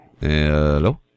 Hello